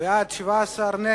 העירייה ומסי הממשלה (פטורין) (בתי-ספר להכשרה מקצועית),